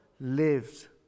lives